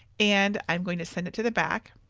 and i'm going to send it to the back